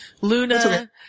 Luna